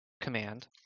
command